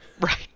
right